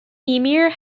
emir